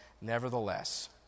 nevertheless